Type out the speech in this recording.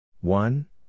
One